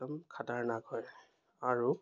একদম খাটাৰনাক হয় আৰু